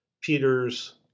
Peter's